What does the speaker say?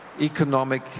economic